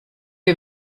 ihr